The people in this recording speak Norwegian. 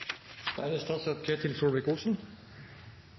Da er det